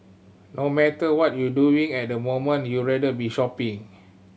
no matter what you doing at the moment you rather be shopping